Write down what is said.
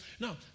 now